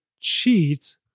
cheat